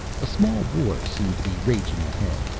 a small war seemed to be raging ahead,